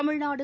Tamil Nadu